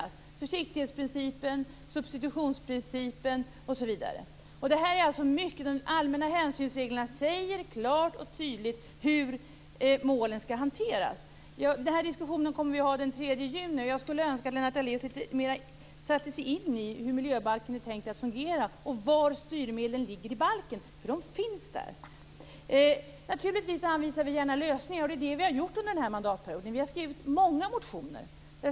Det handlar om försiktighetsprincipen, produktvalsprincipen osv. De allmänna hänsynsreglerna säger klart och tydligt hur målen skall hanteras. Den här diskussionen kommer vi att ha den 3 juni. Jag skulle önska att Lennart Daléus litet mer satte sig in i hur miljöbalken är tänkt att fungera och var styrmedlen ligger i balken. För de finns där. Naturligtvis anvisar vi gärna lösningar. Det är det vi har gjort under den här mandatperioden. Vi har skrivit många motioner.